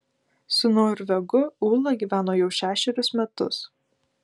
su norvegu ūla gyveno jau šešerius metus